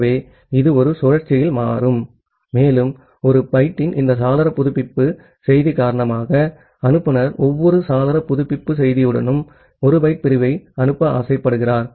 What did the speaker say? ஆகவே இது ஒரு சுழற்சியில் மாறும் மேலும் 1 பைட்டின் இந்த சாளர புதுப்பிப்பு செய்தி காரணமாக அனுப்புநர் ஒவ்வொரு சாளர புதுப்பிப்பு செய்தியுடனும் 1 பைட் பிரிவை அனுப்ப ஆசைப்படுகிறார்